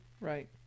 right